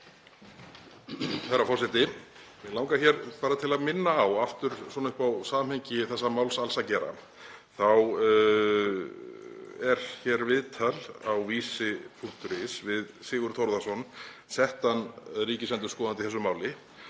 Herra forseti. Mig langar til að minna á aftur, svona upp á samhengi þessa máls alls að gera, að það er viðtal á vísi.is við Sigurð Þórðarson, settan ríkisendurskoðanda í þessu máli,